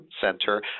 center